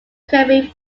kirby